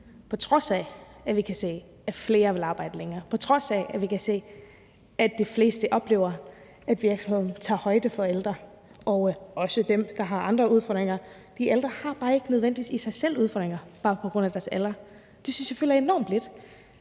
vi kan se, at flere vil arbejde længere, og på trods af at vi kan se, at virksomhederne tager højde for de ældre og også for dem, der har andre udfordringer. De ældre har bare ikke nødvendigvis i sig selv udfordringer kun på grund af deres alder. Det synes jeg fylder enormt lidt.